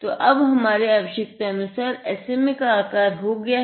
तो अब हमारे आवशयकतानुसार SMA का आकार हो गया है